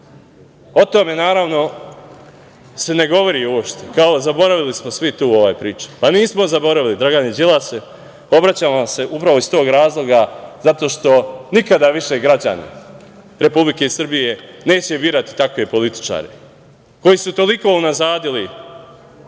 tome, naravno se ne govori uopšte, kao zaboravili smo svi tu priču. Pa, nismo zaboravili Dragane Đilasu, obraćam vam se upravo iz tog razloga zato što nikada više građani Republike Srbije neće birati takve političare koji su toliko unazadili